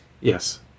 yes